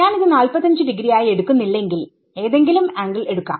ഞാൻ ഇത് 45 ഡിഗ്രീസ് ആയി എടുക്കുന്നില്ലെങ്കിൽ ഏതെങ്കിലും ആംഗിൾ എടുക്കാം